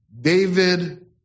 David